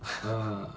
ah